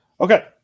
Okay